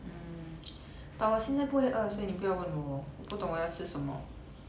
hmm but 我现在不会饿所以你不要问我我不懂我要吃什么